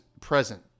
present